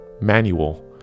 manual